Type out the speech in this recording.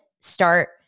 start